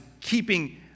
keeping